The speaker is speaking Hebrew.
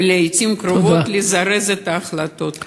ולעתים קרובות לזרז את ההחלטות.